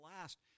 last